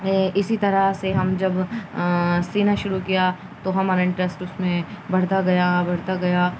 اسی طرح سے ہم جب سینا شروع کیا تو ہمارا انٹرسٹ اس میں بڑھتا گیا بڑھتا گیا